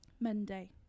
Monday